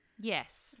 Yes